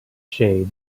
shade